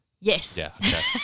Yes